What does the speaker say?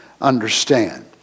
understand